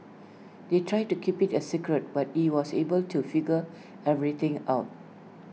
they tried to keep IT A secret but he was able to figure everything out